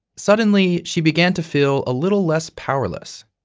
suddenly, she began to feel a little less powerless.